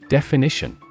Definition